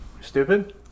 Stupid